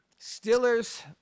Steelers